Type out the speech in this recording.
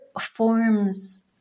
forms